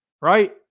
right